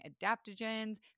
adaptogens